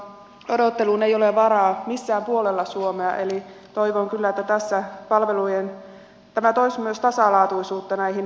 odotteluun ei ole varaa missään puolella suomea eli toivon kyllä että tämä toisi myös tasalaatuisuutta näihin palveluihin